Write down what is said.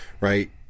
right